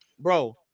Bro